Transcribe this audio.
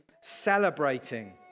celebrating